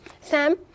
Sam